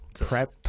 prep